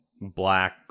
black